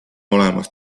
olemas